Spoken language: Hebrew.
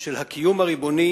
של הקיום הריבוני